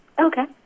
Okay